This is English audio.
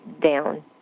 down